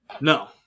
No